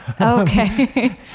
Okay